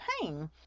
pain